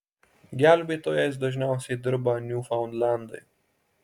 gelbėtojais dažniausiai dirba niūfaundlendai